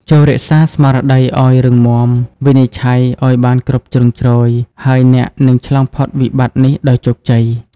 ចូររក្សាស្មារតីឱ្យរឹងមាំ វិនិច្ឆ័យឱ្យបានគ្រប់ជ្រុងជ្រោយ ហើយអ្នកនឹងឆ្លងផុតវិបត្តិនេះដោយជោគជ័យ។